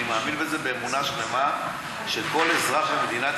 אני מאמין בזה באמונה שלמה שלכל אזרח במדינת